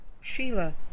Sheila